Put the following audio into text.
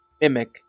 mimic